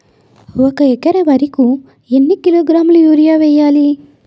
ఒక ఎకర వరి కు ఎన్ని కిలోగ్రాముల యూరియా వెయ్యాలి?